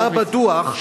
הורוביץ,